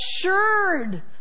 assured